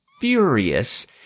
furious